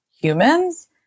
humans